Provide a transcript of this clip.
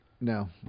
no